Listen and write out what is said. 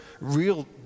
real